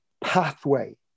pathway